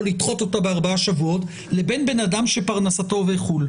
לדחות אותה בארבעה שבועות לבין בן אדם שפרנסתו בחוץ לארץ.